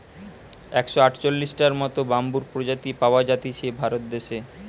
একশ আটচল্লিশটার মত বাম্বুর প্রজাতি পাওয়া জাতিছে ভারত দেশে